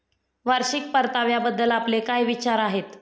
वार्षिक परताव्याबद्दल आपले काय विचार आहेत?